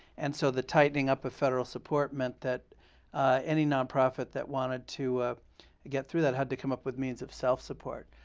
and so the tightening up of federal support meant that any nonprofit that wanted to ah get through that had to come up with means of self support.